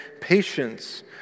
patience